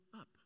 up